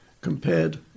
compared